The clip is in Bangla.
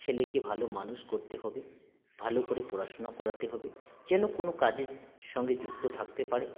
ছেলেকে ভালো মানুষ করতে হবে ভালো করে পড়াশুনা করাতে হবে যেন কোনও কাজের সঙ্গে যুক্ত থাকতে পারে